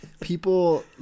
people